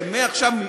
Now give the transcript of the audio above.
שמעכשיו,